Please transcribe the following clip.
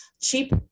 cheap